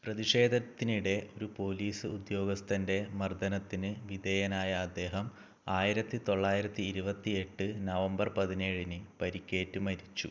പ്രതിഷേധത്തിനിടെ ഒരു പോലീസ് ഉദ്യോഗസ്ഥൻ്റെ മർദ്ദനത്തിന് വിധേയനായ അദ്ദേഹം ആയിരത്തി തൊള്ളായിരത്തി ഇരുപത്തിയെട്ട് നവംബർ പതിനേഴിന് പരിക്കേറ്റ് മരിച്ചു